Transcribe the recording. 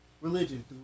religion